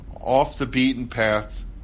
off-the-beaten-path